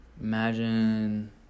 imagine